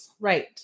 Right